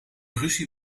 ruzie